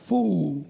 Fool